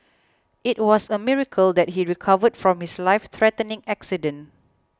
it was a miracle that he recovered from his lifethreatening accident